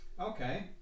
Okay